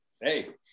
hey